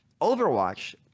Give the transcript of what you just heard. Overwatch